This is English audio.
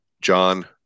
John